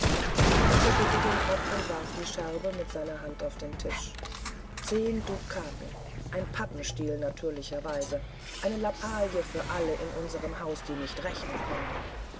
er schüttelte den kopf und warf die scherbe in seiner hand auf den tisch zehn dukaten ein pappenstiel natürlicherweise eine lappalie für alle in unserem hause die nicht rechnen können